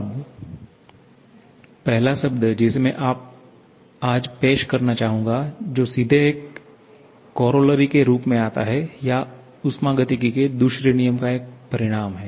अब पहला शब्द जिसे मैं आज पेश करना चाहूंगा जो सीधे एक कोरोलरी के रूप में आता है या ऊष्मागतिकी के दूसरे नियम का एक परिणाम है